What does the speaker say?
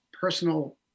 personal